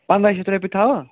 پَنٛداہ شَتھ رۄپیہِ تھاوا